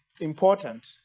important